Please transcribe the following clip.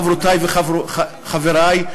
חברותי וחברי,